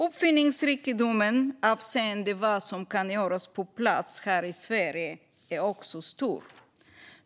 Uppfinningsrikedomen avseende vad som kan göras på plats här i Sverige är också stor.